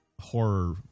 Horror